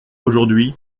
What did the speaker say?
aujourd’hui